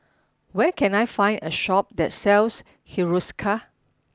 where can I find a shop that sells Hiruscar